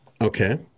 Okay